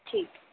ਠੀਕ